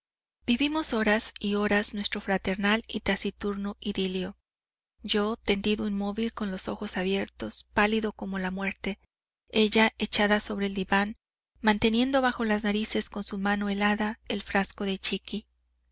vivimos horas y horas nuestro fraternal y taciturno idilio yo tendido inmóvil con los ojos abiertos pálido como la muerte ella echada sobre el diván manteniendo bajo las narices con su mano helada el frasco de